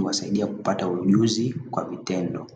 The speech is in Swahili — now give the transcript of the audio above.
kuwasaidia kupata ujuzi wa vitendo.